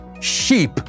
Sheep